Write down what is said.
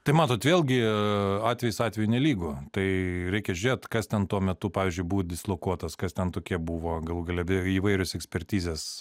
tai matot vėlgi atvejis atvejui nelygu tai reikia žiūrėt kas ten tuo metu pavyzdžiui buvo dislokuotas kas ten tokie buvo galų gale įvairios ekspertizės